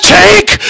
take